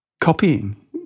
copying